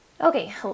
Okay